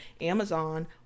Amazon